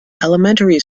elementary